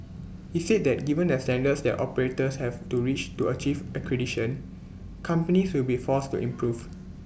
he said that given the standards that operators have to reach to achieve accreditation companies will be forced to improve